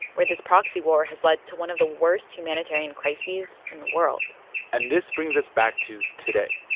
where this proxy war has led to one of the worst humanitarian crises in the world and this brings us back to today,